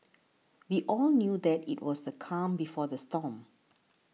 we all knew that it was the calm before the storm